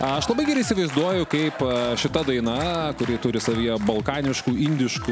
aš labai gerai įsivaizduoju kaip šita daina kuri turi savyje balkaniškų indiškų